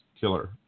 killer